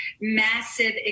massive